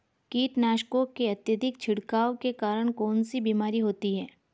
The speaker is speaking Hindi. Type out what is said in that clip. कीटनाशकों के अत्यधिक छिड़काव के कारण कौन सी बीमारी होती है?